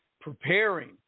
Preparing